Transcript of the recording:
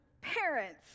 parents